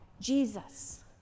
Jesus